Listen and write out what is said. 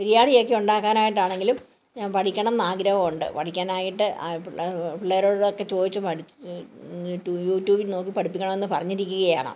ബിരിയാണിയൊക്കെ ഉണ്ടാക്കാനായിട്ടാണെങ്കിലും ഞാൻ പഠിക്കണം എന്നാഗ്രഹം ഉണ്ട് പഠിക്കാനായിട്ട് പിള്ളേരോടൊക്കെ ചോദിച്ച് പഠിച്ച് യൂട്യൂബിൽ നോക്കി പഠിപ്പിക്കണം എന്ന് പറഞ്ഞിരിക്കുകയാണ്